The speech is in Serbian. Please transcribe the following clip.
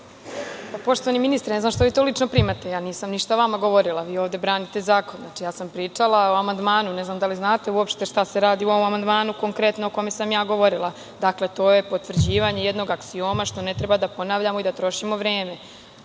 Poštovani ministre, ne znam zašto to lično primate. Nisam ništa vama govorila. Vi ovde branite zakon. Znači, pričala sam o amandmanu, ne znam da li znate uopšte šta se radi u ovom amandmanu konkretno, o kome sam ja govorila. Dakle, to je potvrđivanje jednog aksioma što ne treba da ponavljamo i da trošimo vreme.